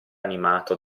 animato